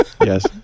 Yes